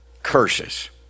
curses